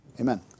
Amen